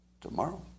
tomorrow